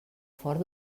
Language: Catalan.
fort